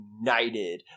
united